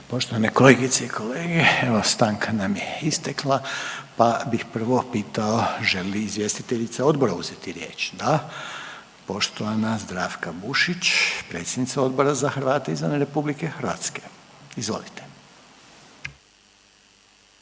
Poštovane kolegice i kolege evo stanka nam je istekla pa bih prvo pitao želi li izvjestiteljica odbora uzeti riječ? Da, poštovana Zdravka Bušić, predsjednica Odbora za Hrvate izvan RH. Izvolite.